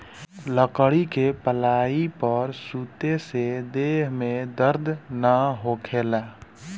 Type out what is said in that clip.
लकड़ी के पलाई पर सुते से देह में दर्द ना होखेला